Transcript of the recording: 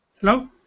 Hello